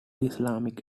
islamic